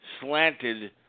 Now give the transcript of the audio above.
slanted